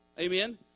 Amen